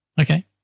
Okay